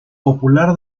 popular